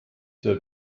der